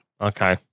Okay